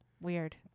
Weird